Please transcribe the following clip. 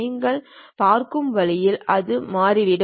நீங்கள் பார்க்கும் வழியில் அது மாறிவிடும்